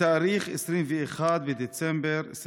בתאריך 21 בדצמבר 2021,